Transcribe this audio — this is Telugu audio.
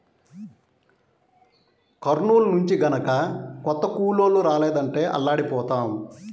కర్నూలు నుంచి గనక కొత్త కూలోళ్ళు రాలేదంటే అల్లాడిపోతాం